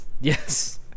Yes